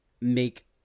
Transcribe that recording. make